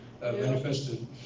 manifested